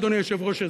אדוני היושב-ראש,